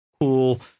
cool